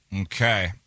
okay